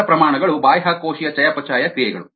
ಇತರ ಪ್ರಮಾಣ ಗಳು ಬಾಹ್ಯಕೋಶೀಯ ಚಯಾಪಚಯ ಕ್ರಿಯೆಗಳು